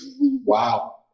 Wow